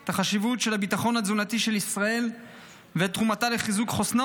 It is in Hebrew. את חשיבות הביטחון התזונתי של ישראל ואת תרומתו לחיזוק חוסנם